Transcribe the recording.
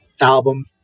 album